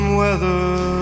weather